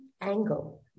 angle